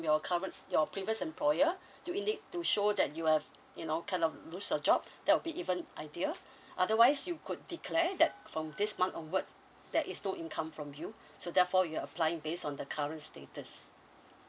your current your previous employer to indi~ to show that you uh you know kind of lose a job there will be even ideal otherwise you could declare that from this month onwards there is no income from you so therefore you're applying based on the current status